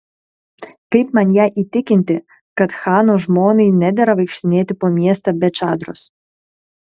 kaip man ją įtikinti kad chano žmonai nedera vaikštinėti po miestą be čadros